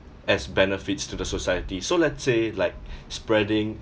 as benefits to the society so let's say like spreading